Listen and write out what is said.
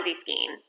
scheme